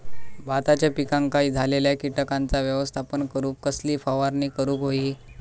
भाताच्या पिकांक झालेल्या किटकांचा व्यवस्थापन करूक कसली फवारणी करूक होई?